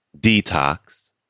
Detox